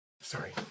sorry